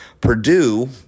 Purdue